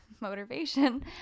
motivation